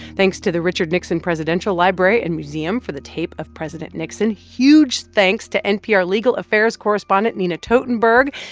thanks to the richard nixon presidential library and museum for the tape of president nixon. huge thanks to npr legal affairs correspondent nina totenberg.